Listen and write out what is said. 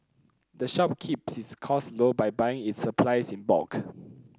the shop keeps its cost low by buying its supplies in bulk